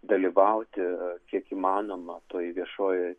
dalyvauti kiek įmanoma toj viešoj